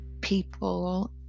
people